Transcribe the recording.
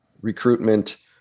recruitment